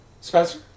Spencer